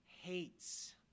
hates